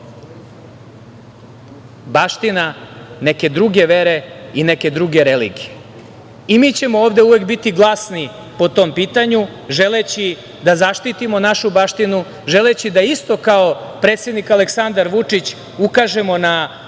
baština neke druge vere i neke druge religije. Mi ćemo ovde uvek biti glasni po tom pitanju, želeći da zaštitimo našu baštinu, želeći da isto kao predsednik Aleksandar Vučić ukažemo na